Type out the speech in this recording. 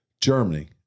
Germany